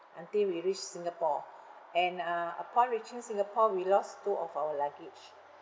until we reached singapore and uh upon reaching singapore we lost two of our luggage